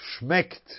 schmeckt